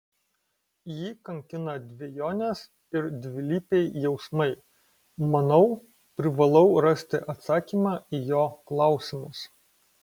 jį kankina dvejonės ir dvilypiai jausmai manau privalau rasti atsakymą į jo klausimus